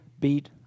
beat